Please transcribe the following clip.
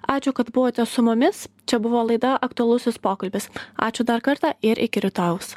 ačiū kad buvote su mumis čia buvo laida aktualusis pokalbis ačiū dar kartą ir iki rytojaus